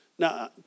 Now